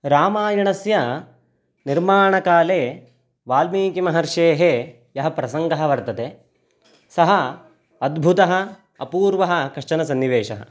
रामायणस्य निर्माणकाले वाल्मीकिमहर्षेः यः प्रसङ्गः वर्तते सः अद्भुतः अपूर्वः कश्चन सन्निवेशः